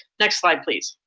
next slide please.